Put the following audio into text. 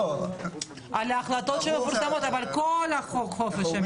על ההחלטות שמפורסמות, אבל כל חוק חופש המידע.